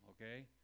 okay